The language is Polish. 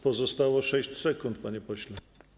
Pozostało 6 sekund, panie pośle.